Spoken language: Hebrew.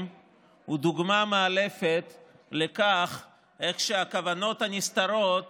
הוא דוגמה מאלפת לכך שהכוונות הנסתרות